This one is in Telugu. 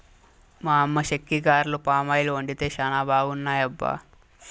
మా అమ్మ చెక్కిగారెలు పామాయిల్ వండితే చానా బాగున్నాయబ్బా